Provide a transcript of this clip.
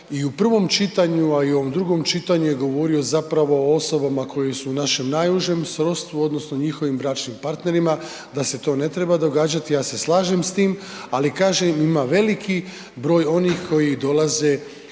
i u prvom čitanju, a i u ovom drugom čitanju je govorio zapravo o osobama koje su u našem najužem srodstvu odnosno njihovim bračnim partnerima, da se to ne treba događati, ja se slažem s tim, ali kažem, ima veliki broj onih koji dolaze nama